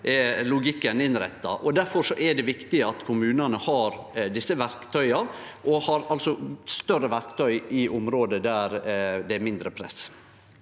er logikken innretta, og difor er det viktig at kommunane har desse verktøya, og at dei har større verktøy i område der det er mindre press.